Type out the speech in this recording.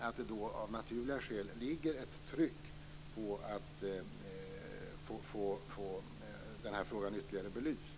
Det finns då av naturliga skäl ett tryck på att få denna fråga ytterligare belyst.